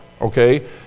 okay